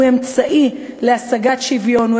הוא אמצעי להשגת שוויון,